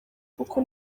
kuko